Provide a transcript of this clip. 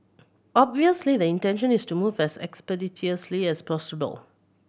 obviously the intention is to move as expeditiously as possible